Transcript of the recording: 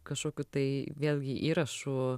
kažkokių tai vėlgi įrašų